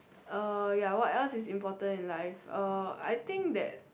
uh ya what else is important in life uh I think that